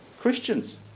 Christians